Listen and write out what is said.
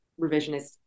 revisionist